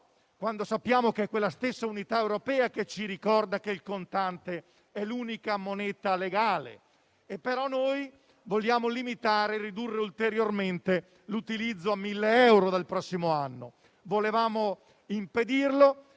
quando sappiamo che è quella stessa unità europea che ci ricorda che il contante è l'unica moneta legale. In Italia, però, vogliamo limitare e ridurre ulteriormente l'utilizzo del contante a 1.000 euro dal prossimo anno. Volevamo impedirlo,